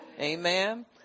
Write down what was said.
Amen